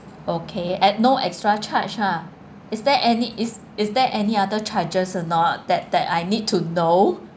okay at no extra charge ah is there any is is there any other charges or not that that I need to know